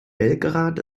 belgrad